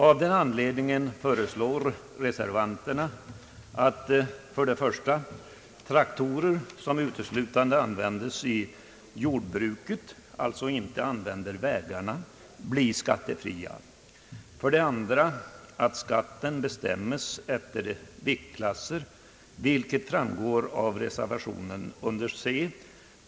Av den anledningen föreslår reservanterna för det första att traktorer som uteslutande används i jordbruket och alltså inte använder vägarna blir skattefria, för det andra att skatten bestämmes efter viktklasser vilket framgår av reservationen under C.